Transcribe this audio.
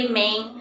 main